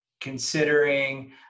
considering